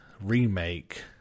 remake